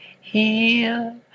heal